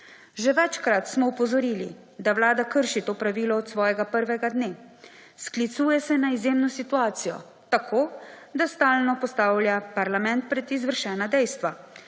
Že večkrat smo opozorili, da Vlada krši to pravilo od svojega prvega dne. Sklicuje se na izjemno situacijo tako, da stalno postavlja parlament pred izvršena dejstva.